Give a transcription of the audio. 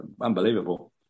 unbelievable